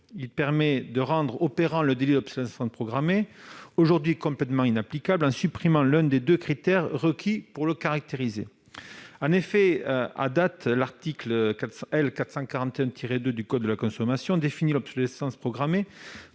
il permet de rendre opérant le délit d'obsolescence programmée, aujourd'hui complètement inapplicable, en supprimant l'un des deux critères requis pour le caractériser. En effet, à ce jour, l'article L. 441-2 du code de la consommation définit l'obsolescence programmée